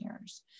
years